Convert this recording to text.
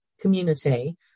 community